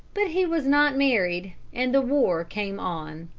but he was not married, and the war came on.